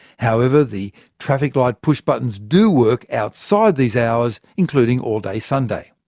however, the traffic light push buttons do work outside these hours, including all day sunday.